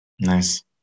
Nice